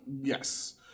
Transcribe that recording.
Yes